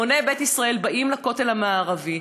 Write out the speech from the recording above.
המוני בית ישראל באים לכותל המערבי,